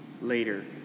later